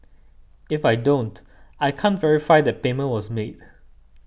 if I don't I can't verify that payment was made